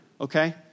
Okay